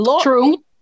True